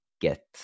get